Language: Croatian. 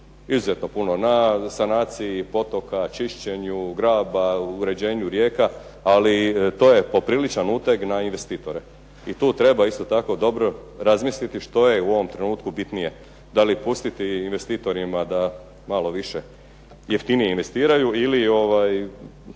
izuzetno puno na sanaciji potoka, čišćenju graba, uređenju rijeka. Ali to je popriličan uteg na investitore. I tu treba isto tako dobro razmisliti što je u ovom trenutku bitnije, da li pustiti investitorima da malo više jeftinije investiraju ili